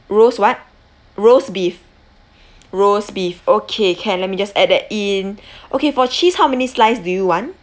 roast what roast beef roast beef okay can let me just add that in okay for cheese how many slice do you want